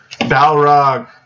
Balrog